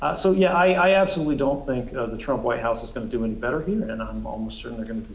ah so, yeah, i absolutely don't think the trump white house is gonna do any better here and i'm almost certain they're gonna